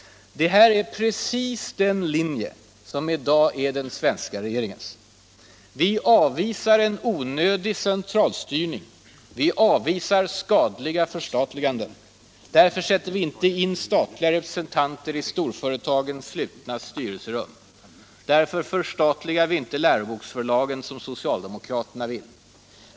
Detta är exakt den linje som i dag är den svenska regeringens. Vi avvisar en onödig centralstyrning. Vi avvisar skadliga förstatliganden. Därför sätter vi inte in statliga representanter i storföretagens slutna styrelserum. Därför förstatligar vi inte läroboksförlagen, som socialdemokraterna vill.